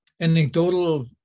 anecdotal